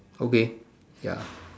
okay ya